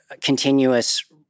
continuous